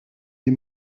des